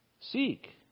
seek